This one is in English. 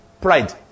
Pride